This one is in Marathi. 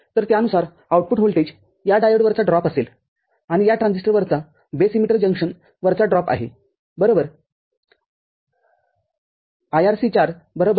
तर त्यानुसार आउटपुट व्होल्टेज या डायोडवरचा ड्रॉप असेल आणि या ट्रान्झिस्टर वरचा बेस इमीटर जंक्शनवरचा ड्रॉप आहेबरोबर